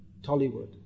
Tollywood